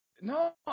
No